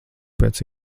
pēc